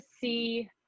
see